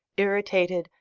irritated,